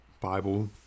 bible